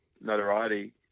notoriety